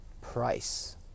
Price